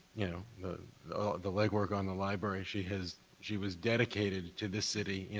you know, the the legwork on the library. she has she was dedicated to this city. you